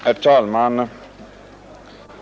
Herr talman!